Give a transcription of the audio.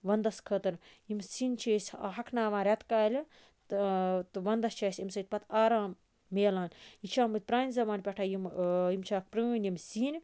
وَنٛدَس خٲطر یِم سِنۍ چھِ أسۍ ہۄکھناوان ریٚتکالہِ تہٕ تہٕ وَندَس چھ اَسہِ اَمہ سۭتۍ پَتہٕ آرام مِلان یہِ چھ آمت پرانہِ زَمان پیٚٹھے یِم یِم چھِ اکھ پرٲنۍ یِم سِنۍ